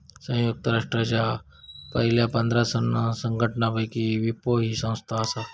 संयुक्त राष्ट्रांच्या पयल्या पंधरा संघटनांपैकी विपो ही संस्था आसा